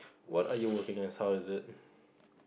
what are you working as how is it